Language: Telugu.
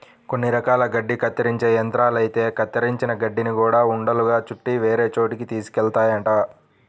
కొన్ని రకాల గడ్డి కత్తిరించే యంత్రాలైతే కత్తిరించిన గడ్డిని గూడా ఉండలుగా చుట్టి వేరే చోటకి తీసుకెళ్తాయంట